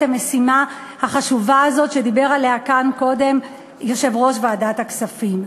המשימה החשובה הזאת שדיבר עליה כאן קודם יושב-ראש ועדת הכספים,